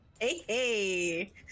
hey